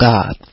God